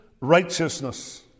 righteousness